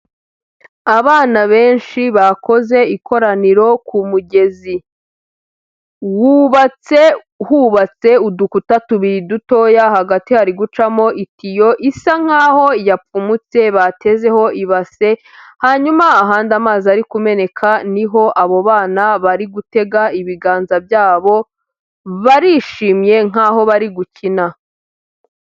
Abana benshi bakoze ikoraniro ku mugezi, wubatse hubatse udukuta tubiri dutoya hagati hari gucamo itio isa nk'aho yapfumutse batezeho ibase, hanyuma ahandi amazi ari kumeneka niho abo bana bari gutega ibiganza byabo, barishimye nk'aho bari gukina